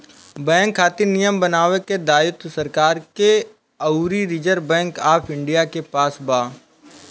bank खातिर नियम बनावे के दायित्व सरकार के अउरी रिजर्व बैंक ऑफ इंडिया के पास बा